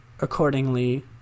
accordingly